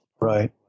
Right